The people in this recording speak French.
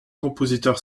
compositeurs